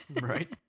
Right